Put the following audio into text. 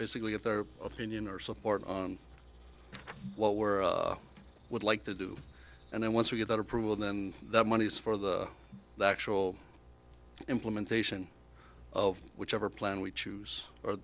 basically at their opinion or support what we're would like to do and then once we get that approval then that money is for the actual implementation of whichever plan we choose or